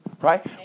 right